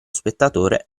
spettatore